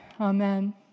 Amen